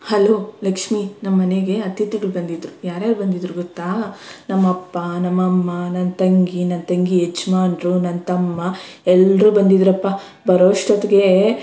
hello Lakshmi ನಮ್ಮ ಮನೆಗೆ ಅತಿಥಿಗಳು ಬಂದಿದ್ದರು ಯಾರು ಯಾರು ಬಂದಿದ್ದರು ಗೊತ್ತಾ ನಮ್ಮ ಅಪ್ಪ ನಮ್ಮ ಅಮ್ಮ ನನ್ನ ತಂಗಿ ನನ್ನ ತಂಗಿ ಯಜಮಾನ್ರು ನನ್ನ ತಮ್ಮ ಎಲ್ಲರೂ ಬಂದಿದ್ದರಪ್ಪ ಬರೊಷ್ಟೊತ್ಗೆ